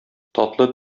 татлы